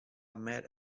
met